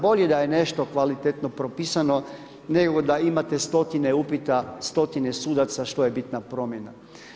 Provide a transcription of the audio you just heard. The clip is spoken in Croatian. Bolje da je nešto kvalitetno propisano, nego da imate stotinu upita, stotine sudaca, što je bitna promjena.